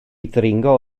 ddringo